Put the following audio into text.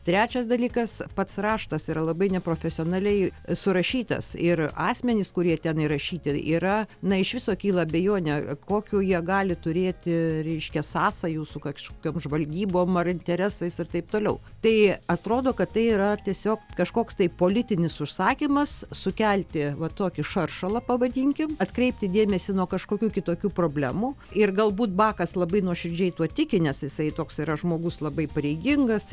trečias dalykas pats raštas yra labai neprofesionaliai surašytas ir asmenys kurie ten įrašyti ir yra na iš viso kyla abejonių kokių jie gali turėti reiškia sąsajų su kažkokiom žvalgybom ar interesais ir taip toliau tai atrodo kad tai yra tiesiog kažkoks tai politinis užsakymas sukelti va tokį šaršalą pavadinkim atkreipti dėmesį nuo kažkokių kitokių problemų ir galbūt bakas labai nuoširdžiai tuo tiki nes jisai toks yra žmogus labai pareigingas